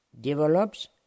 develops